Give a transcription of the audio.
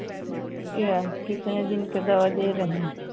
यह कितने दिन के दवा दे रही हैं